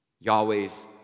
Yahweh's